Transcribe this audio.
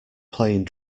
playing